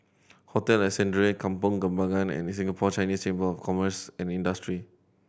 Hotel Ascendere Kampong Kembangan and Singapore Chinese Chamber of Commerce and Industry